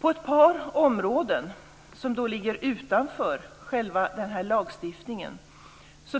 På ett par områden som ligger utanför själva lagstiftningen